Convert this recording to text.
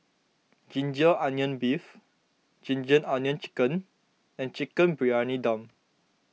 Ginger Onions Beef Ginger Onions Chicken and Chicken Briyani Dum